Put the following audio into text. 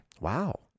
Wow